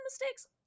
mistakes